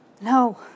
No